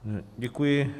Děkuji.